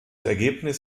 ergebnis